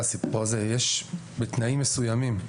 בתנאים מסוימים,